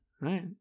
Right